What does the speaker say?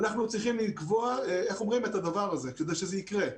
אנחנו צריכים לקבוע את הדבר הזה, כדי שזה יקרה.